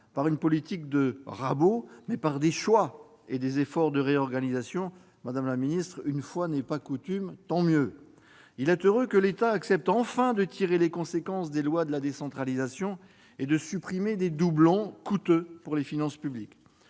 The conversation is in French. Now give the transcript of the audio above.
par une politique de rabot, mais par des choix et des efforts de réorganisation : une fois n'est pas coutume, madame la secrétaire d'État, et c'est tant mieux. Il est heureux que l'État accepte enfin de tirer les conséquences des lois de décentralisation et de supprimer des doublons coûteux pour les finances publiques.